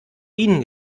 ihnen